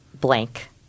blank